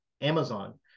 Amazon